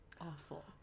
awful